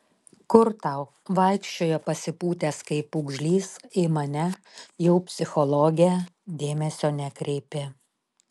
kur tau vaikščiojo pasipūtęs kaip pūgžlys į mane jau psichologę dėmesio nekreipė